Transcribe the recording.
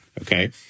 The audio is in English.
okay